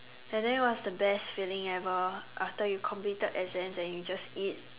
and that was the best feeling ever after you completed exam and you just eat